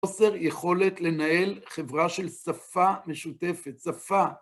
חוסר יכולת לנהל חברה של שפה משותפת. שפה.